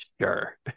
sure